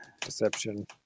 deception